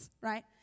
right